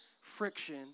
friction